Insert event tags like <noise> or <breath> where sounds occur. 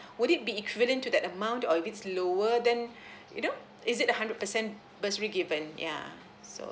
<breath> would it be equivalent to that amount or if it's lower then you know is it a hundred percent bursary given yeah so